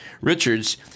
Richards